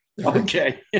Okay